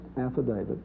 affidavit